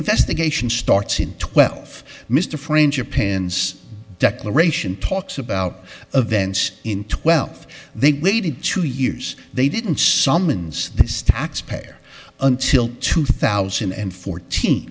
investigation starts in twelve mr frayne japans declaration talks about events in twelfth they waited two years they didn't summons this taxpayer until two thousand and fourteen